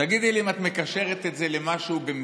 תגידי לי אם את מקשרת את זה למשהו במקרה,